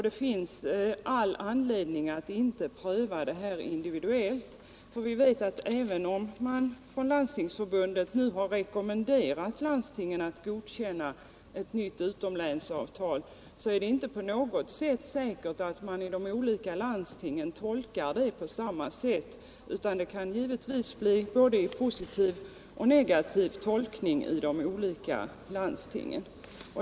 Det finns all anledning att inte pröva det här individuellt, för vi vet att även om Landstingsförbundet har rekommenderat landstingen att godkänna ett nytt utomlänsavtal är det inte på något sätt säkert att man i de olika landstingen tolkar det på samma sätt. Det kan givetvis bli både en positiv och en negativ tolkning i de olika landstingen.